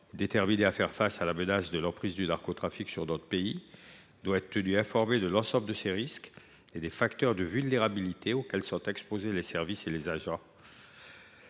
déterminé à faire face à la menace de l’emprise du narcotrafic sur notre pays, doit être tenu informé de l’ensemble de ces risques et des facteurs de vulnérabilité auxquels sont exposés les services et les agents,